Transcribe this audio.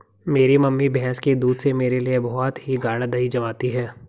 मेरी मम्मी भैंस के दूध से मेरे लिए बहुत ही गाड़ा दही जमाती है